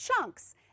chunks